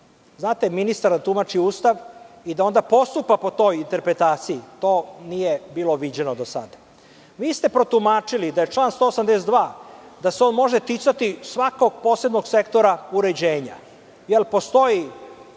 Znate, ministar da tumači Ustav i da onda postupa po toj interpretaciji, to nije bilo viđeno do sada. Vi ste protumačili da se član 182. može ticati svakog posebnog sektora uređenja, jer postoji